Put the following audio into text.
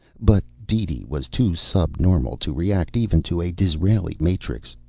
but deedee was too subnormal to react even to a disraeli-matrix.